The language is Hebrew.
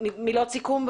מילות סיכום,